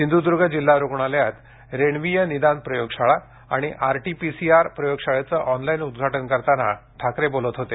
सिंधुद्र्ग जिल्हा रुग्णालयात रेण्वीय निदान प्रयोगशाळा आणि आरटीपीसीआर प्रयोगशाळेचं ऑनलाईन उद्घाटन करताना ठाकरे बोलत होते